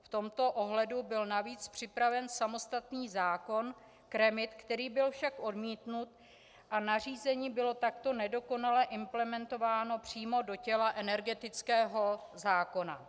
V tomto ohledu byl navíc připraven samostatný zákon k REMIT, který byl však odmítnut a nařízení bylo takto nedokonale implementováno přímo do těla energetického zákona.